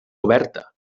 oberta